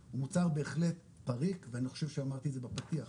בהחלט פריק ואני חושב שאמרתי את זה בפתיח.